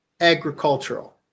agricultural